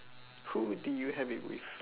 who did you have it with